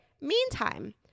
Meantime